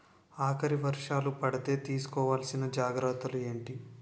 ఆకలి వర్షాలు పడితే తీస్కో వలసిన జాగ్రత్తలు ఏంటి?